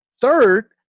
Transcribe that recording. Third